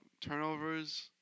Turnovers